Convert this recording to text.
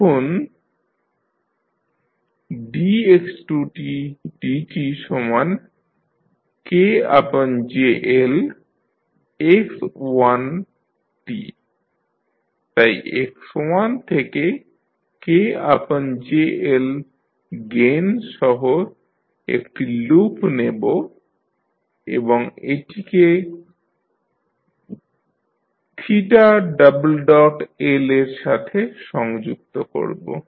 এখন dx2dtKJLx1t তাই x1 থেকে KJL গেইন সহ একটি লুপ নেব এবং এটিকে L এর সঙ্গে সংযুক্ত করবো